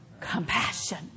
compassion